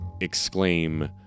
exclaim